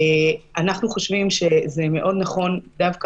אנחנו חושבים שזה מאוד נכון דווקא